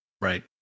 Right